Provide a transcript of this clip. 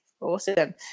awesome